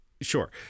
sure